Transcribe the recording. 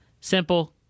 Simple